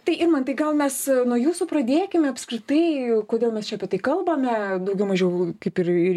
tai irmantai gal mes nuo jūsų pradėkime apskritai kodėl mes čia apie tai kalbame daugiau mažiau kaip ir